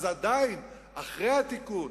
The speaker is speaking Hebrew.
אז עדיין אחרי התיקון